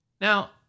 Now